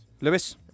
Lewis